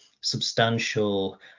substantial